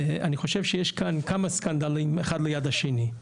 אני חושב שיש כאן כמה סקנדלים אחד ליד השני.